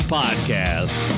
podcast